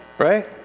Right